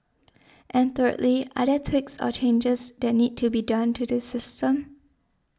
and thirdly are there tweaks or changes that need to be done to the system